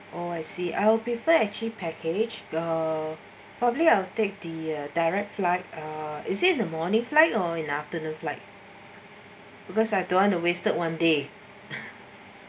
oh I see I'll prefer actually package the probably I'll take the a direct flight uh is in the morning flight or in afternoon flight because I don't want the wasted one day